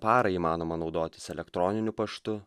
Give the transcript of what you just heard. parą įmanoma naudotis elektroniniu paštu